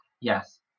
yes